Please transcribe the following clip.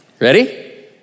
Ready